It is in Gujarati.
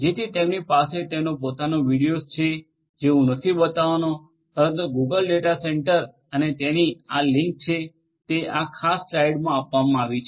જેથી તેમની પાસે તેનો પોતાનો વિડિઓઝ છે જે હું નથી બતાવવાનો પરંતુ ગૂગલ ડેટા સેન્ટર અને તેની આ લિંક છે તે આ ખાસ સ્લાઇડમાં આપવામાં આવી છે